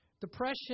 depression